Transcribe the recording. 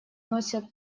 носят